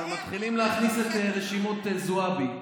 מתחילים להכניס את רשימות זועבי.